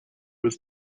was